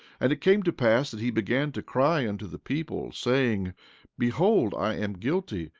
and it came to pass that he began to cry unto the people, saying behold, i am guilty,